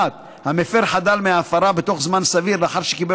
1. המפר חדל מההפרה בתוך זמן סביר לאחר שקיבל